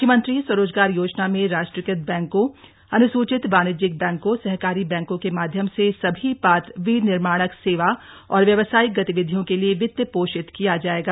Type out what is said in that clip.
मुख्यमंत्री स्वरोजगार योजना में राष्ट्रीयकृत बैंकों अन्सूचित वाणिज्यिक बैंकों सहकारी बैंकों के माध्यम से सभी पात्र विनिर्माणक सेवा और व्यावसायिक गतिविधियों के लिए वित्त पोषित किया जायेगा